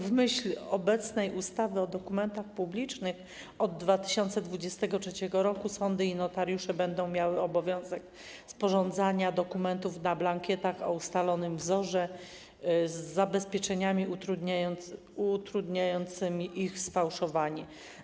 W myśl obecnej ustawy o dokumentach publicznych od 2023 r. sądy i notariusze będą mieli obowiązek sporządzania dokumentów na blankietach o ustalonym wzorze z zabezpieczeniami utrudniającymi ich sfałszowanie.